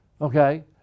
Okay